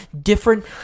different